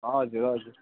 हजुर हजुर